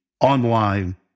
online